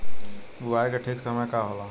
बुआई के ठीक समय का होला?